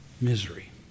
misery